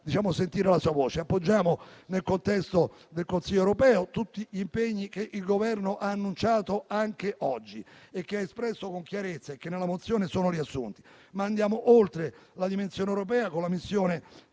sentire la sua voce. Appoggiamo nel contesto del Consiglio europeo tutti gli impegni che il Governo ha annunciato anche oggi, che ha espresso con chiarezza e che nella proposta di risoluzione sono riassunti. Ma andiamo oltre la dimensione europea con la missione